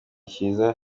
cyiza